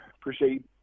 appreciate